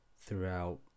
throughout